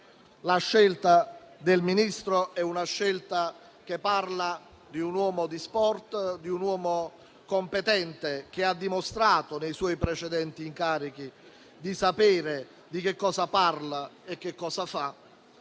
La scelta del Ministro parla di un uomo di sport, un uomo competente che ha dimostrato nei suoi precedenti incarichi di sapere di che cosa parla e che cosa fa.